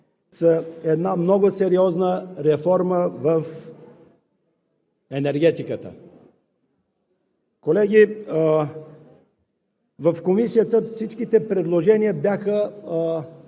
една много сериозна реформа в енергетиката. Колеги, в Комисията всички предложения бяха